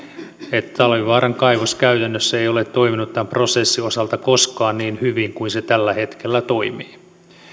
että talvivaaran kaivos käytännössä ei ei ole toiminut tämän prosessin osalta koskaan niin hyvin kuin se tällä hetkellä toimii